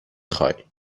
خوای